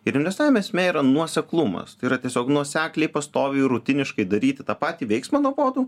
ir investavimo esmė yra nuoseklumas tai yra tiesiog nuosekliai pastoviai rutiniškai daryti tą patį veiksmą nuobodų